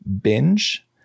binge